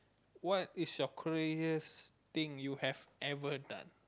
what is your craziest thing you have ever done